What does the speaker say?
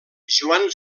joan